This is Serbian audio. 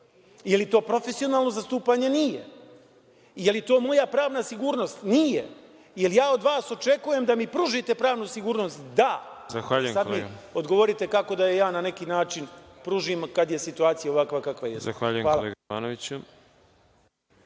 Je li to profesionalno zastupanje? Nije. Je li to moja pravna sigurnost? Nije. Jel ja od vas očekujem da mi pružite pravnu sigurnost? Da. Sad mi odgovorite kako da je ja na neki način pružim, kad je situacija ovakva kakva jeste? **Đorđe